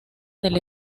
del